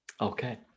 Okay